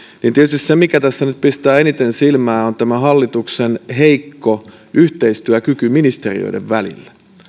tietysti se mikä tässä nyt pistää eniten silmään on tämä hallituksen heikko yhteistyökyky ministeriöiden välillä